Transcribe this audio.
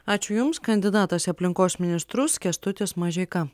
ačiū jums kandidatas į aplinkos ministrus kęstutis mažeika